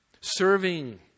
serving